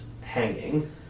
hanging